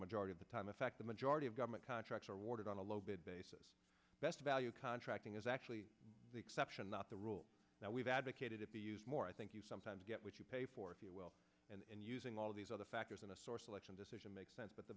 majority of the time in fact the majority of government contracts are awarded on a low bid basis best value contracting is actually the exception not the rule that we've advocated it be used more i think you sometimes get what you pay for if you will and using all these other factors in a source election decision makes sense but the